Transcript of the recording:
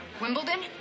Wimbledon